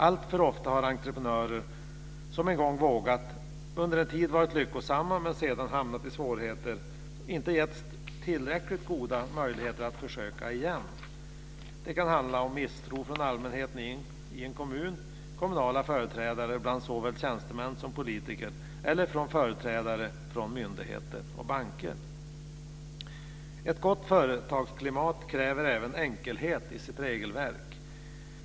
Alltför ofta har entreprenörer som en gång vågat och under en tid varit lyckosamma men sedan hamnat i svårigheter, inte getts tillräckligt goda möjligheter att försöka igen. Det kan handla om misstro från allmänheten i en kommun, från kommunala företrädare bland såväl tjänstemän som politiker eller från företrädare för myndigheter och banker. Ett gott företagsklimat kräver även enkelhet i sitt regelverk.